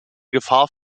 gefahr